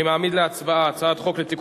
אני מעמיד להצבעה את הצעת חוק לתיקון